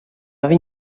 haver